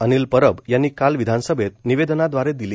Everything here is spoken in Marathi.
अनिल परब यांनी काल विधानसभेत निवेदनाद्वारे दिली